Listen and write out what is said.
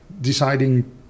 deciding